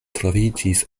troviĝis